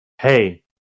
Hey